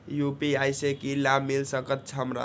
UPI से की लाभ मिल सकत हमरा?